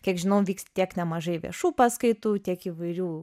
kiek žinau vyks tiek nemažai viešų paskaitų tiek įvairių